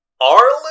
Arlo